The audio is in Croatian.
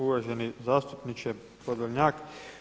Uvaženi zastupniče Podolnjak.